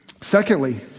Secondly